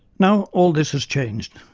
now all this has changed.